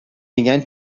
میگن